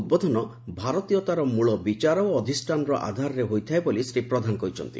ଉଦ୍ବୋଧନ ଭାରତୀୟତାର ମୂଳ ବିଚାର ଓ ଅଧିଷାନର ଆଧାରରେ ହୋଇଥାଏ ବୋଲି ଶ୍ରୀ ପ୍ରଧାନ କହିଛନ୍ତି